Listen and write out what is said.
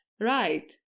right